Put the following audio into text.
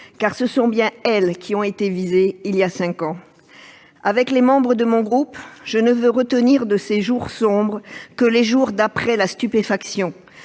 Ce sont bien elles qui ont été visées il y a cinq ans. Avec les membres de mon groupe, je ne veux retenir de cette période sombre que les jours qui ont suivi la stupéfaction